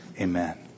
amen